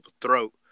throat